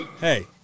Hey